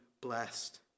blessed